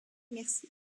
mercier